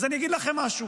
אז אני אגיד לכם משהו.